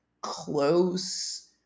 close